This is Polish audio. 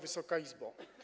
Wysoka Izbo!